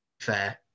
fair